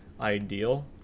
ideal